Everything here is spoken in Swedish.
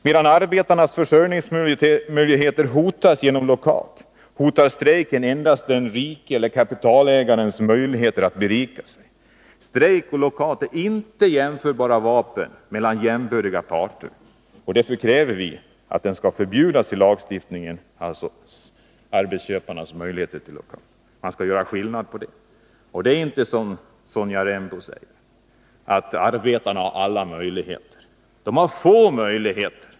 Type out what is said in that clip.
Medan arbetarnas försörjningsmöjligheter hotas genom blockad hotar strejken endast den rikes eller kapitalägarens möjligheter att berika sig. Strejk och 17 lockout är inte mellan jämbördiga parter jämförbara vapen, och därför kräver vi att arbetsköparnas möjligheter till lockout skall förbjudas i lagstiftningen. Man skall göra en skillnad mellan strejk och lockout. Det är inte så, som Sonja Rembo säger, att arbetarna har alla möjligheter. De har få möjligheter.